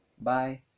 Bye